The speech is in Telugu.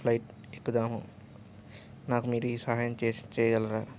ఫ్లయిట్ ఎక్కుదాము నాకు మీరు ఈ సహాయం చేసి చేయగలరా